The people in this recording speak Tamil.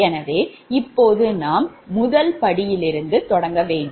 எனவே இப்போது நாம் முதல் படியிலிருந்து தொடங்க வேண்டும்